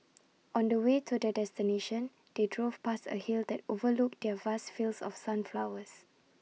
on the way to their destination they drove past A hill that overlooked their vast fields of sunflowers